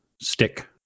stick